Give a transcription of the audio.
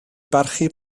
barchu